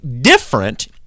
different